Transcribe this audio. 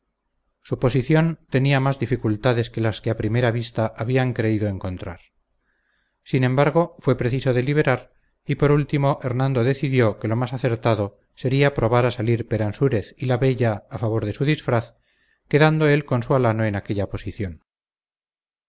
su posición tenía más dificultades de las que a primera vista habían creído encontrar sin embargo fue preciso deliberar y por último hernando decidió que lo más acertado sería probar a salir peransúrez y la bella a favor de su disfraz quedando él con su alano en aquella posición